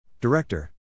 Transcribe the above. Director